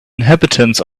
inhabitants